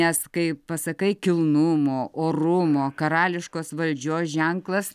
nes kai pasakai kilnumo orumo karališkos valdžios ženklas